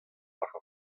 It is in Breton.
war